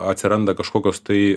atsiranda kažkokios tai